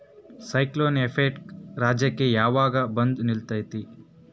Cyclone effect ರಾಜ್ಯಕ್ಕೆ ಯಾವಾಗ ಬಂದ ನಿಲ್ಲತೈತಿ?